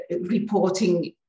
reporting